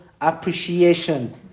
appreciation